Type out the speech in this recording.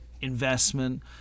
investment